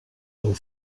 del